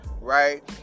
right